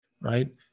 right